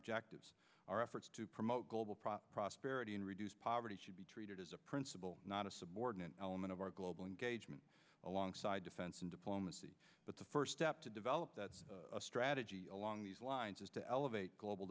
objectives our efforts to promote global proper prosperity and reduce poverty should be treated as a principle not a subordinate element of our global engagement alongside defense and diplomacy but the first step to develop a strategy along these lines is to elevate global